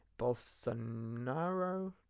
Bolsonaro